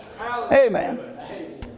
Amen